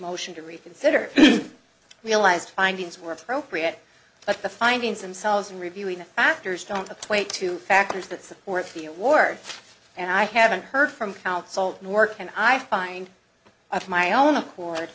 motion to reconsider realized findings were appropriate but the findings themselves in reviewing the actors don't outweigh two factors that support the award and i haven't heard from counsel nor can i find at my own accord